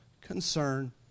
concern